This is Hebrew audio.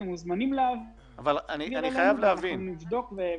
אתם מוזמנים להעביר אלינו ואנחנו נבדוק.